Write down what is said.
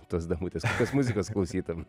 tos damutės kokios muzikos klausytum